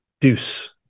deuce